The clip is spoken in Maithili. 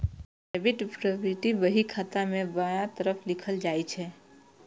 डेबिट प्रवृष्टि बही खाता मे बायां तरफ लिखल जाइ छै